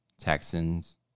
Texans